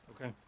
Okay